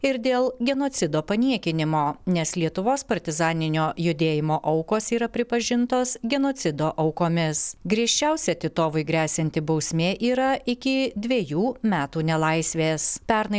ir dėl genocido paniekinimo nes lietuvos partizaninio judėjimo aukos yra pripažintos genocido aukomis griežčiausia titovui gresianti bausmė yra iki dvejų metų nelaisvės pernai